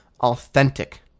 authentic